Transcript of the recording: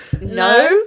no